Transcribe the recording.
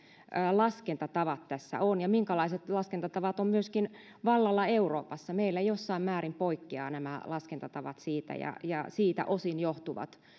laskentatavat tässä on ja minkälaiset laskentatavat ovat vallalla myöskin euroopassa meillä jossain määrin poikkeavat nämä laskentatavat ja ja siitä osin johtuvat